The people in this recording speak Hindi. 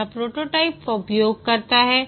यह प्रोटोटाइप का उपयोग करता है